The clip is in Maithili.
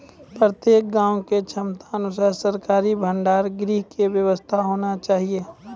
प्रत्येक गाँव के क्षमता अनुसार सरकारी भंडार गृह के व्यवस्था होना चाहिए?